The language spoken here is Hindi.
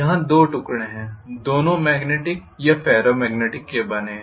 यहां दो टुकड़े हैं दोनों मेग्नेटिक या फेरो मेग्नेटिक के बने है